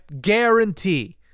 guarantee